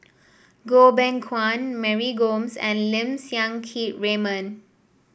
Goh Beng Kwan Mary Gomes and Lim Siang Keat Raymond